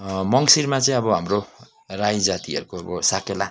मङ्सिरमा चाहिँ अब हाम्रो राई जातिहरूको अब साकेला